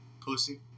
Pussy